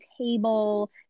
table